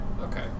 Okay